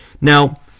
Now